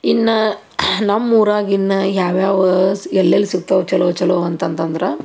ಇನ್ನು ನಮ್ಮ ಊರಾಗ ಇನ್ನು ಯಾವ ಯಾವ ಎಲ್ಲೆಲ್ಲಿ ಸಿಗ್ತಾವೆ ಚಲೋ ಚಲೋ ಅಂತಂತಂದ್ರೆ